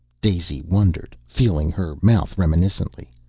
daisy wondered, feeling her mouth reminiscently.